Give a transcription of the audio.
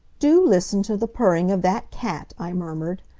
do listen to the purring of that cat! i murmured.